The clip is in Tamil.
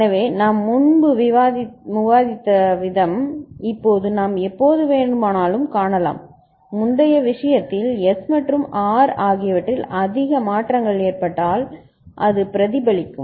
எனவே நாம் முன்பு பார்த்த விதம் இப்போது நாம் எப்போது வேண்டுமானாலும் காணலாம் முந்தைய விஷயத்தில் S மற்றும் R ஆகியவற்றில் அதிக மாற்றங்கள் ஏற்பட்டால் அது பிரதிபலித்திருக்கும்